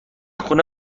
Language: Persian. خونه